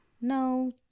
No